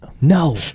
No